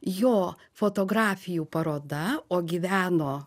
jo fotografijų paroda o gyveno